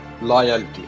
loyalty